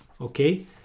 okay